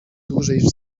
dłużej